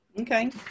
Okay